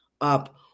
up